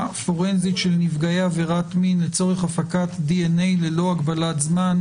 פורנזית של נפגעי עבירת מין לצורך הפקת דנ"א ללא הגבלת זמן),